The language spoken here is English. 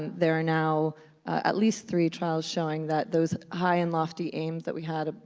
there are now at least three trials showing that those high and lofty aims that we had